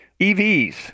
EVs